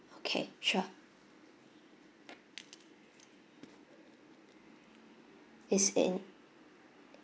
okay sure is in